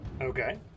Okay